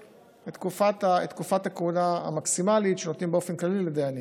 את תקופת הכהונה המקסימלית שנותנים באופן כללי לדיינים.